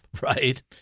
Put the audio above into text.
Right